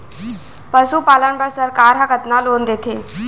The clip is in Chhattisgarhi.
पशुपालन बर सरकार ह कतना लोन देथे?